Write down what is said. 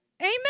Amen